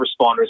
responders